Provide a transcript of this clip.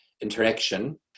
interaction